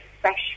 fresh